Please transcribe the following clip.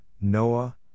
Noah